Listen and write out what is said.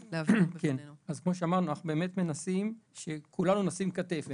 כמו שאמרנו, אנחנו באמת מנסים שכולנו ניתן כתף.